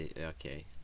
okay